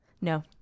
No